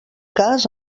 cas